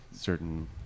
certain